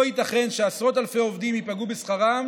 לא ייתכן שעשרות אלפי עובדים ייפגעו בשכרם